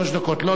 לא, לא,